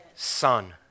Son